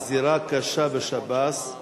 גזירה קשה בשב"ס: